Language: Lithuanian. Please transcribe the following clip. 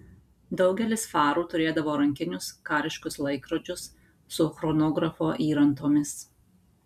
daugelis farų turėdavo rankinius kariškus laikrodžius su chronografo įrantomis